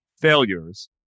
failures